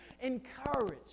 encouraged